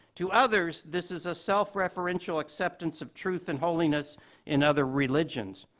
to others, this is a self referential acceptance of truth and holiness in other religions.